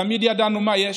תמיד ידענו מה יש.